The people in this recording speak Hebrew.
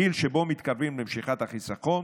הגיל שבו מתקרבים למשיכת החיסכון,